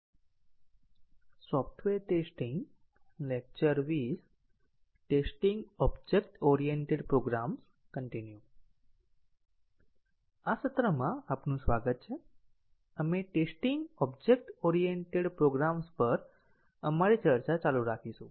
આ સત્રમાં આપનું સ્વાગત છે આપણે ટેસ્ટીંગ ઓબ્જેક્ટ ઓરિએન્ટેડ પ્રોગ્રામ્સ પર આપણી ચર્ચા ચાલુ રાખીશું